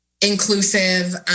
inclusive